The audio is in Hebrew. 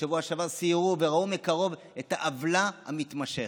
שבשבוע שעבר סיירו וראו מקרוב את העוולה המתמשכת,